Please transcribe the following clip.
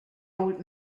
old